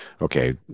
okay